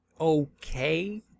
okay